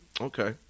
Okay